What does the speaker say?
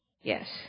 Yes